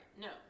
No